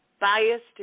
biased